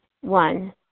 One